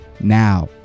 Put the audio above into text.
now